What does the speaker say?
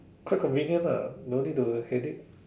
quite convenient ah don't need to headache